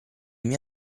mie